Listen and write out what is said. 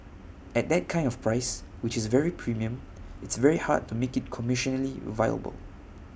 at that kind of price which is very premium it's very hard to make IT commercially viable